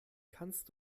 kannst